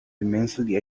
immensely